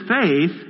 faith